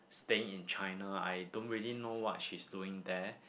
staying in China I don't really know what she's doing there